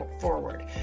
forward